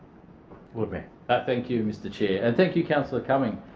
lord mayor thank you, mr chair, and thank you councillor cumming.